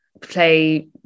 play